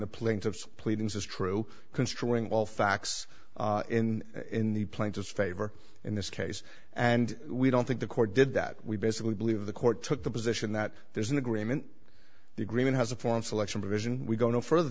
the plaintiff's pleadings as true construing all facts in in the plaintiff favor in this case and we don't think the court did that we basically believe the court took the position that there's an agreement the agreement has a foreign selection provision we go no further